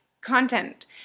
content